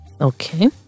Okay